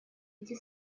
эти